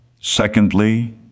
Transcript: Secondly